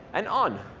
an on.